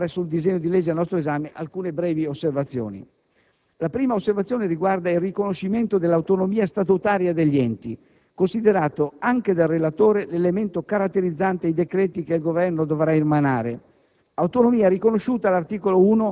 Chiarito questo, vorrei ora fare sul disegno di legge al nostro esame alcune brevi osservazioni. La prima osservazione riguarda il riconoscimento dell'autonomia statutaria degli enti, considerato anche dal relatore l'elemento caratterizzante i decreti che il Governo dovrà emanare;